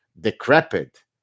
decrepit